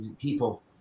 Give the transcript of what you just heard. people